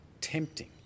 tempting